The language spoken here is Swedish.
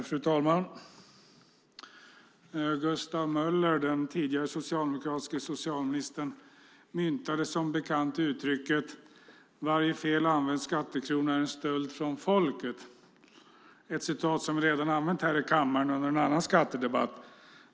Fru talman! Gustav Möller, den tidigare socialdemokratiske socialministern, myntade som bekant uttrycket "Varje felanvänd skattekrona är en stöld från folket". Det är ett citat som jag redan har använt här i kammaren under en annan skattedebatt.